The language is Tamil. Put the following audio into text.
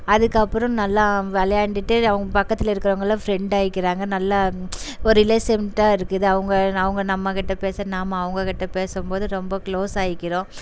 அதுக்கப்புறம் நல்லா விளையாண்டுட்டு அவங்க பக்கத்தில் இருக்கிறவங்கள்லாம் ஃப்ரெண்டு ஆகிக்கிறாங்க நல்லா ஒரு ரிலேசன்ட்டாக இருக்குது அவங்க அவங்க நம்மகிட்டே பேச நாம் அவங்ககிட்ட பேசும்போது ரொம்ப குளோஸ் ஆகிக்கிறோம்